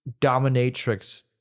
dominatrix